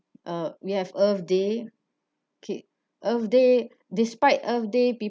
uh we have earth day okay earth day despite earth day